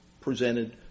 presented